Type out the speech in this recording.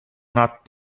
not